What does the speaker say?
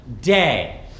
day